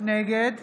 נגד